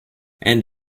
and